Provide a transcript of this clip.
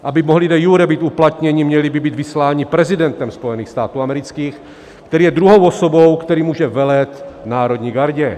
Aby mohli de iure být uplatněni, měli by být vysláni prezidentem Spojených států amerických, který je druhou osobou, která může velet národní gardě.